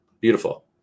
beautiful